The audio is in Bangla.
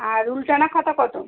আর রুল টানা খাতা কত